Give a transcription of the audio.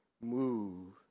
move